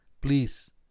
please